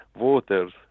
voters